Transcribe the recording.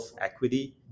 equity